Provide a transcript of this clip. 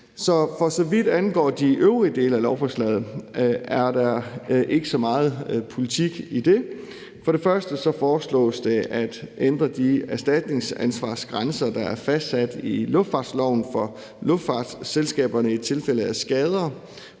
For så vidt angår de øvrige dele af lovforslaget, er der ikke så meget politik i det. For det første foreslås det at ændre de erstatningsansvarsgrænser, der er fastsat i luftfartsloven for luftfartsselskaberne i tilfælde af skader